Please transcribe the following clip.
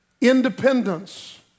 Independence